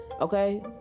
Okay